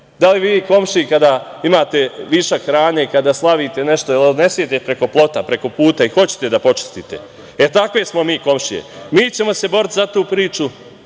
li vi komšiji, kada imate višak hrane, ili kada slavite nešto, da li odnesete preko plota, preko puta i hoćete da počistite?E, takve smo mi komšije, mi ćemo se boriti za tu priču,